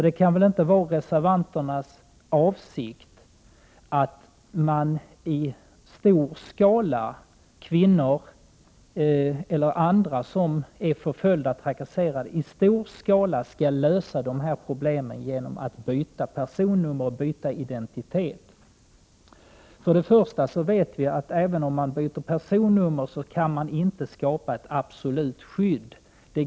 Det kan väl inte vara reservanternas avsikt att människor i stor omfattning, kvinnor och män som är förföljda och trakasserade, skall lösa dessa problem genom att byta personnummer och identitet? Även om man byter personnummer kan man inte skapa ett absolut skydd.